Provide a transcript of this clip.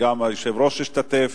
וגם היושב-ראש השתתף,